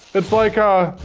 it's like a